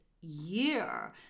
year